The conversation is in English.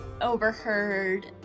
overheard